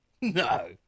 No